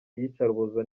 iyicarubozo